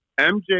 MJ